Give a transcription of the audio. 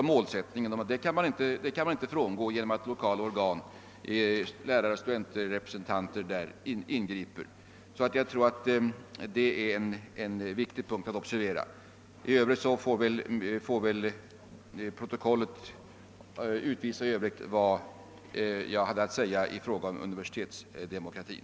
De besluten kan man inte frångå genom att lokala organ, lärare och studentrepresentanter, ingriper. Jag tror att det är en viktig punkt att observera. I övrigt får väl protokollet utvisa vad jag hade att säga i fråga om universitetsdemokratin.